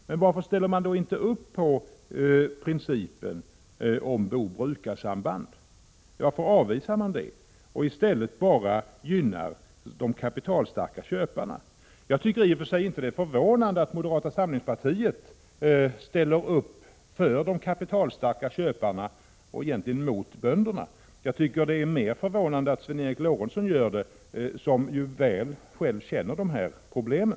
Varför ställer ni er då inte bakom principen om boendeoch brukarsamband? Varför avvisar ni den principen och bara gynnar de kapitalstarka köparna? Jag tycker i och för sig inte att det är förvånande att moderata samlingspartiet ställer upp för de kapitalstarka köparna och egentligen mot bönderna — det är mer förvånande att Sven Eric Lorentzon gör det, som ju själv väl känner till dessa problem.